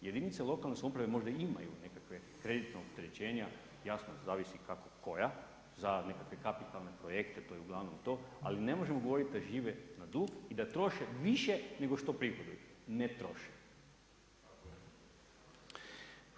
Jedinice lokalne samouprave možda imamu nekakva kreditna opterećenja, jasno zavisi kako koja, za nekakve kapitalne projekte, to je uglavnom to, ali ne možemo govoriti da žive na dug i da troše više nego što prihoduju, ne troše.